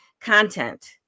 content